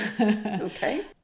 Okay